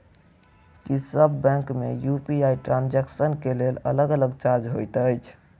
की सब बैंक मे UPI transaction केँ लेल अलग चार्ज होइत अछि?